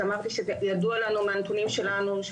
שאמרתי שידוע לנו מהנתונים שלנו,